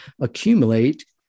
accumulate